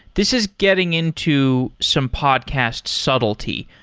this is getting into some podcast subtlety,